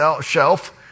shelf